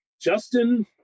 Justin